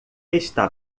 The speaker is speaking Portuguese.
está